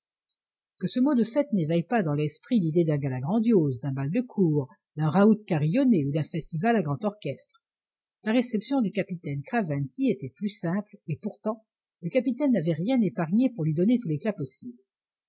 que ce mot de fête n'éveille pas dans l'esprit l'idée d'un gala grandiose d'un bal de cour d'un raout carillonné ou d'un festival à grand orchestre la réception du capitaine craventy était plus simple et pourtant le capitaine n'avait rien épargné pour lui donner tout l'éclat possible